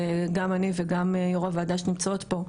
גם אני וגם יו"ר הוועדה שנמצאות פה,